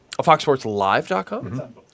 foxsportslive.com